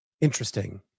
interesting